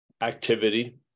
activity